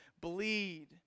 Bleed